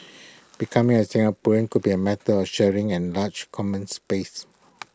becoming A Singaporean could be A matter of sharing an large common space